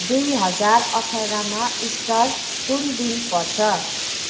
दुई हजार अठारमा इस्टर कुन दिन पर्छ